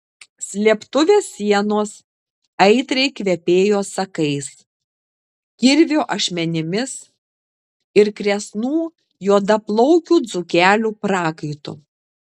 slėptuvės sienos aitriai kvepėjo sakais kirvio ašmenimis ir kresnų juodaplaukių dzūkelių prakaitu